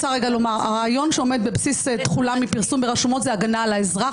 הרעיון שעומד בבסיס תחולה מפרסום ברשומות זה הגנה על האזרח.